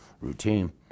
routine